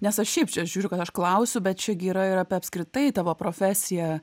nes aš šiaip čia žiūriu kad aš klausiu bet čia gi yra ir apie apskritai tavo profesiją